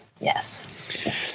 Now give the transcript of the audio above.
Yes